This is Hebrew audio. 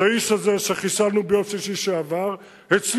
אז האיש הזה שחיסלנו ביום שישי שעבר הצליח